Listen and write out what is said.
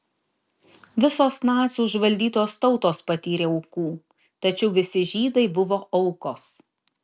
visos nacių užvaldytos tautos patyrė aukų tačiau visi žydai buvo aukos